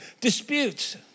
disputes